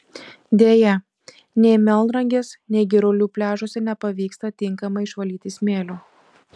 deja nei melnragės nei girulių pliažuose nepavyksta tinkamai išvalyti smėlio